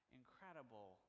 incredible